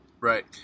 Right